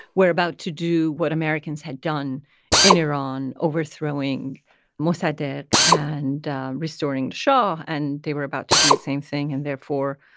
were about to do what americans had done in iran overthrowing mossadegh and restoring the shah. and they were about to do the same thing, and therefore,